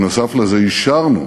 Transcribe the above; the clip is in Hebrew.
נוסף על זה אישרנו